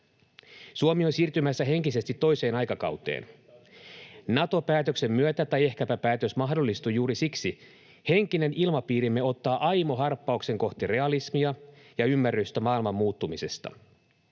Suomi on siirtymässä henkisesti toiseen aikakauteen. Nato-päätöksen myötä — tai ehkäpä päätös mahdollistuu juuri siksi — henkinen ilmapiirimme ottaa aimo harppauksen kohti realismia ja ymmärrystä maailman muuttumisesta.